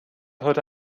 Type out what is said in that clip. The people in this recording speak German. heute